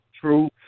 True